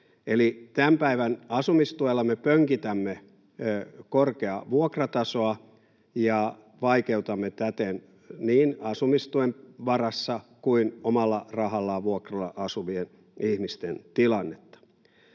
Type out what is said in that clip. tämän päivän asumistuella me pönkitämme korkeaa vuokratasoa ja vaikeutamme täten niin asumistuen varassa kuin omalla rahallaan vuokralla asuvien ihmisten tilannetta.